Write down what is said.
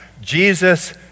Jesus